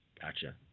Gotcha